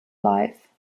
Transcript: life